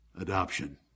Adoption